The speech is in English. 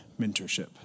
mentorship